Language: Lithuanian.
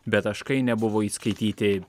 bet taškai nebuvo įskaityti